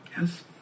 Yes